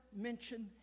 mention